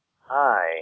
Hi